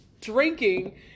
drinking